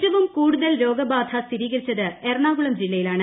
ഏറ്റവും കൂടുതൽ രോഗബാധ സ്ഥിരീകരിച്ചത് എറണാകുളം ജില്ലയിലാണ്